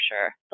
sure